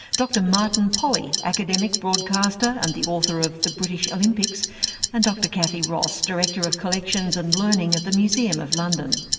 dr martin polley, academic, broadcaster and the author of the british olympics and dr cathy ross, director of collections and learning at the museum of london.